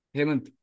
Hemant